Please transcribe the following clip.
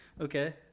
Okay